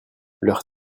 leur